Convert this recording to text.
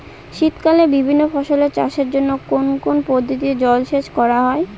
শীতকালে বিভিন্ন ফসলের চাষের জন্য কোন কোন পদ্ধতিতে জলসেচ করা হয়?